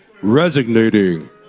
Resignating